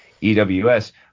E-W-S